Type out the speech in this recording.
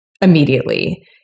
immediately